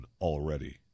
already